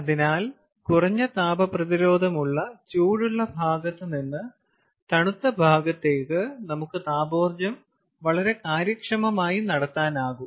അതിനാൽ കുറഞ്ഞ താപപ്രതിരോധം ഉള്ള ചൂടുള്ള ഭാഗത്ത് നിന്ന് തണുത്ത ഭാഗത്തേക്ക് നമുക്ക് താപോർജ്ജം വളരെ കാര്യക്ഷമമായി നടത്താനാകും